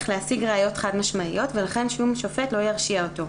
להשיג ראיות חד משמעיות ולכן שום שופט לא ירשיע אותו.